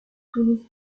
toulouse